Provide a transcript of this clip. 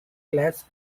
class